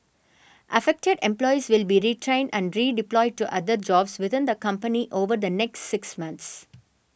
affected employees will be retrained and redeployed to other jobs within the company over the next six months